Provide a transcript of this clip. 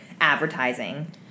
advertising